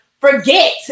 forget